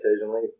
occasionally